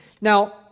Now